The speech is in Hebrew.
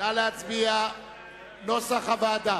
מי נמנע?